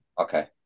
Okay